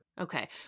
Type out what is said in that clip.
Okay